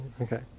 Okay